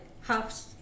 Half